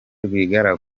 rwigara